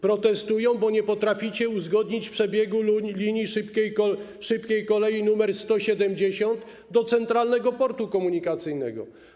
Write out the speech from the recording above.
Protestują, bo nie potraficie uzgodnić przebiegu linii szybkiej kolei nr 170 do Centralnego Portu Komunikacyjnego.